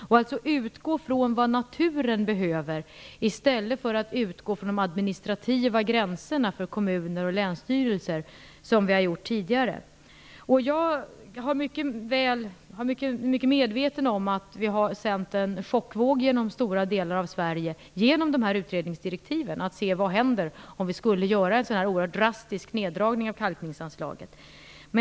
På det viset utgår man ifrån vad naturen behöver i stället för att utgå ifrån de administrativa gränserna för kommuner och länsstyrelser, som vi har gjort tidigare. Jag är mycket medveten om att vi har sänt en chockvåg genom stora delar av Sverige genom utredningsdirektiven som innebär att man skall se vad som händer om vi skulle göra en så här oerhört drastisk neddragning av kalkningsanslaget.